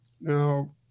Now